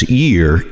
year